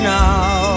now